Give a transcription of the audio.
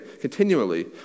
continually